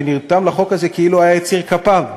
שנרתם לחוק הזה כאילו היה יציר כפיו.